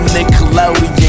Nickelodeon